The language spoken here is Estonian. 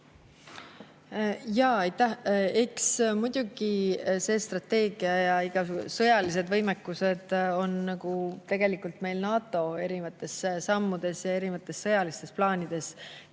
Aitäh! Eks muidugi see strateegia ja igasugu sõjalised võimekused on tegelikult meil NATO erinevates sammudes ja erinevates sõjalistes plaanides kirjas.